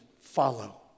follow